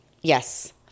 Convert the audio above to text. Yes